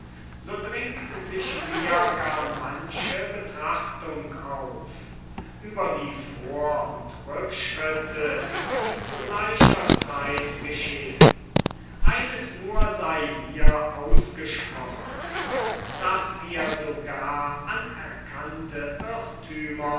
so dringt sich mir gar manche betrachtung auf über die vor und rückschritte die zu gleicher zeit geschehen eines nur sei hier ausgesprochen daß wir sogar anerkannte